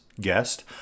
guest